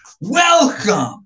Welcome